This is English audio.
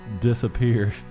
disappeared